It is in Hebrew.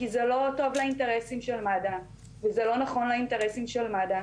כי זה לא טוב לאינטרסים של מד"א וזה לא נכון לאינטרסים של מד"א,